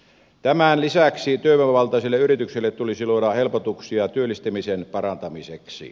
tämän lisäksi työvoimavaltaisille yrityksille tulisi luoda helpotuksia työllistämisen parantamiseksi